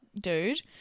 dude